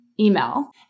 email